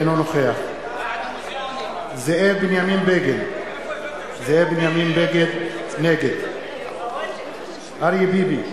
אינו נוכח זאב בנימין בגין, נגד אריה ביבי,